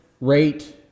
rate